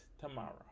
tomorrow